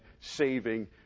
saving